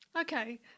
Okay